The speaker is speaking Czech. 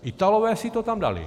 Italové si to tam dali.